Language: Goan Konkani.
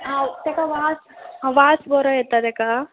आं तेका वास वास बरो येता तेका